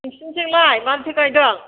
नोंसोरनिथिंलाय माबायदि गायदों